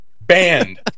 banned